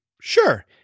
sure